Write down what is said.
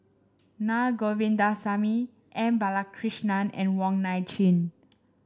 Naa Govindasamy M Balakrishnan and Wong Nai Chin